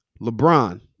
LeBron